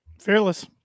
Fearless